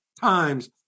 times